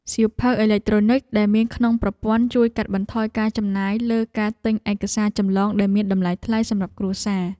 សៀវភៅអេឡិចត្រូនិចដែលមានក្នុងប្រព័ន្ធជួយកាត់បន្ថយការចំណាយលើការទិញឯកសារចម្លងដែលមានតម្លៃថ្លៃសម្រាប់គ្រួសារ។